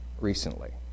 recently